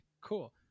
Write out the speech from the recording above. cool